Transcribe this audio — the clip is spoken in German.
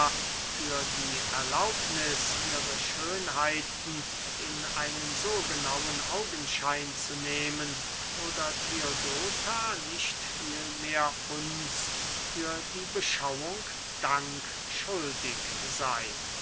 für die erlaubniß ihre schönheiten in einen so genauen augenschein zu nehmen oder theodota nicht vielmehr uns für die beschauung dank schuldig sey